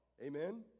Amen